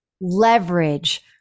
leverage